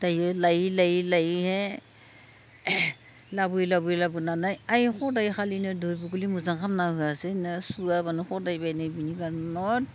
दायो लायै लायै लायैहाय लाबोयै लाबोयै लाबोनानै ओइ हदायखालिनो दैबुगुलि मोजां खालामना होआसै सुवाबानो हदायबायनाय बिनि कारन